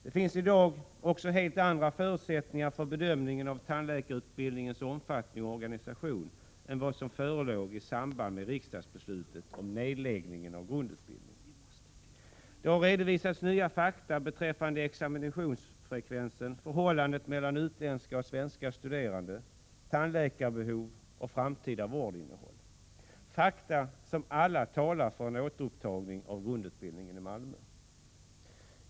Det finns i dag också helt andra förutsättningar för bedömning av tandläkarutbildningens omfattning och organisation än vad som förelåg i samband med riksdagsbeslutet om nedläggning av grundutbildningen. Det har redovisats nya fakta beträffande examinationsfrekvens, förhållandet mellan utländska och svenska studerande, tandläkarbehov och framtida vårdinnehåll. Det är fakta som alla talar för ett återupptagande av grundutbildningen i Malmö.